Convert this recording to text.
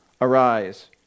arise